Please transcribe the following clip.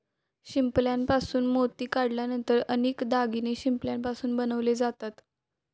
शिंपल्यापासून मोती काढल्यानंतर अनेक दागिने शिंपल्यापासून बनवले जातात